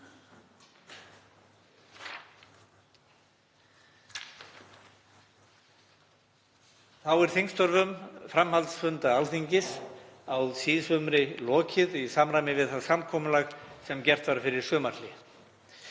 Þá er þingstörfum framhaldsfunda Alþingis á síðsumri lokið í samræmi við það samkomulag sem gert var fyrir sumarhlé.